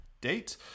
date